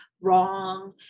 wrong